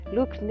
Look